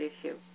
issue